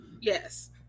Yes